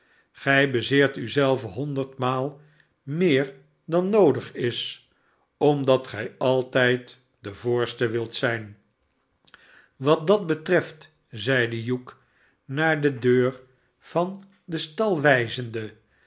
gij bezeert u zelven honderdmaal meer dan noodig is omdat gij altijd de voorste wilt zijn wat dat betreft zeide hugh naar de deur van den stal wijzende